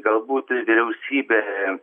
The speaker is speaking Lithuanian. galbūt vyriausybė